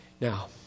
Now